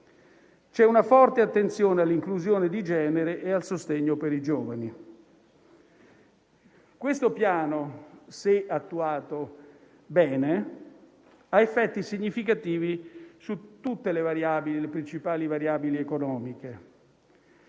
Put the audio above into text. C'è una forte attenzione all'inclusione di genere e al sostegno per i giovani. Questo Piano, se attuato bene, ha effetti significativi su tutte le principali variabili economiche.